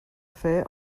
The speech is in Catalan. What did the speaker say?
fer